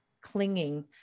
clinging